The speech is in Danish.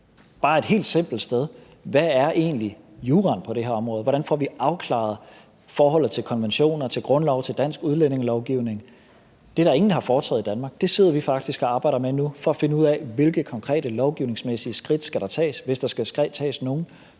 egentlig juraen på det her område? Hvordan får vi afklaret forholdet til konventioner, til grundloven, til dansk udlændingelovgivning? Det er der ingen, der har foretaget i Danmark, og det sidder vi faktisk og arbejder med nu for at finde ud af, hvilke konkrete lovgivningsmæssige skridt der skal tages, hvis der skal tages nogen,